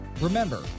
Remember